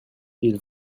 ils